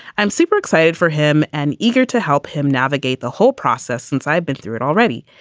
i'm super excited for him and eager to help him navigate the whole process since i've been through it already.